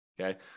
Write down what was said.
Okay